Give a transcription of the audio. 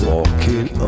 Walking